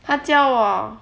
他教我